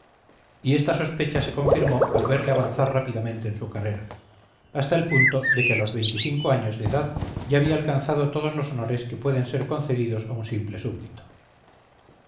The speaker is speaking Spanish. y esta sospecha se confirmó al verle avanzar rápidamente en su carrera hasta el punto de que a los veinticinco años de edad ya había alcanzado todos los honores que pueden ser concedidos a un simple súbdito